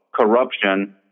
corruption